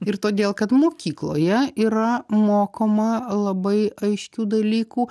ir todėl kad mokykloje yra mokoma labai aiškių dalykų